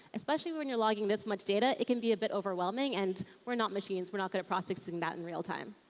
especially when you're logging this much data it can be a bit overwhelming and we're not machines we're not good at processing that in real time.